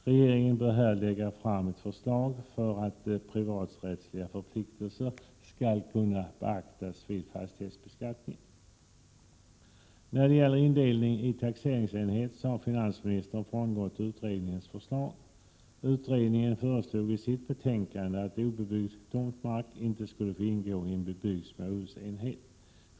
Regeringen bör därför lägga fram förslag om att privaträttsliga förpliktelser skall kunna beaktas vid fastighetsbeskattningen. Finansministern har frångått utredningens förslag till indelning i taxeringsenhet. Utredningen föreslog i sitt betänkande att obebyggd tomtmark inte skulle få ingå i en bebyggd småhusenhet.